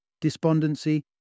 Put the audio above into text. despondency